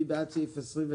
מי בעד סעיף 29?